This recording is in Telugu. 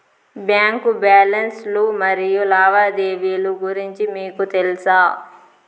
బ్యాంకు బ్యాలెన్స్ లు మరియు లావాదేవీలు గురించి మీకు తెల్సా?